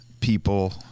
people